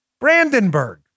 Brandenburg